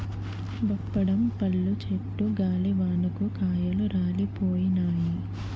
బప్పడం పళ్ళు చెట్టు గాలివానకు కాయలు రాలిపోయినాయి